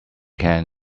can